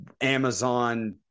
Amazon